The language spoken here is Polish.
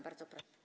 Bardzo proszę.